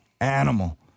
animal